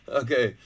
okay